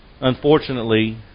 Unfortunately